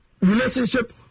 relationship